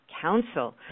Council